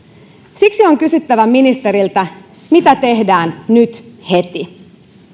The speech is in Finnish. siksi on kysyttävä ministeriltä mitä tehdään nyt heti